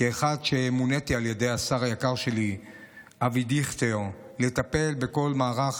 כאחד שמונה על ידי השר היקר שלי אבי דיכטר לטפל בכל מערך